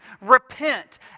Repent